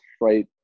right